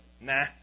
nah